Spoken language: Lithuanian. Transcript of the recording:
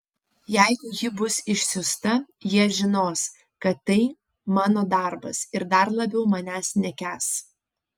jeigu ji bus išsiųsta jie žinos kad tai mano darbas ir dar labiau manęs nekęs